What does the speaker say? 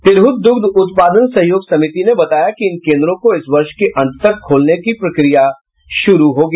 तिरहुत दुग्ध उत्पादन सहयोग समिति ने बताया कि इन केन्द्रों को इस वर्ष के अंत तक खोलने की प्रक्रिया शुरू होगी